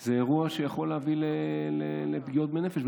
זה אירוע שיכול להביא לפגיעות בנפש,